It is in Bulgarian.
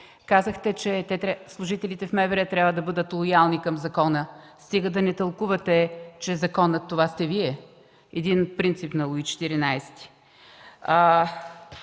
Казахте, че служителите в МВР трябва да бъдат лоялни към закона. Стига да не тълкувате, че законът това сте Вие – един принцип на Луи ХІV.